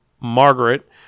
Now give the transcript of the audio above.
Margaret